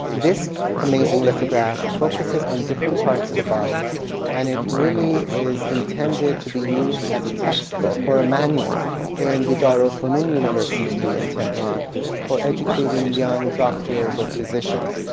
this amazing lithograph focuses on different parts of the body and it really is intended to be used as a textbook or a manual in the dar al-funun university in tehran for educating young doctors or physicians.